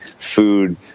food